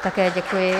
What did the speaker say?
Také děkuji.